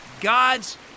God's